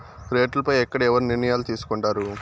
రేట్లు పై ఎక్కడ ఎవరు నిర్ణయాలు తీసుకొంటారు?